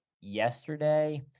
yesterday